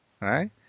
right